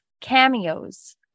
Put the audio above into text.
cameos